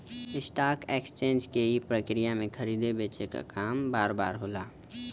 stock exchange के ई प्रक्रिया में खरीदे बेचे क काम बार बार होला